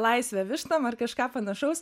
laisvę vištom ar kažką panašaus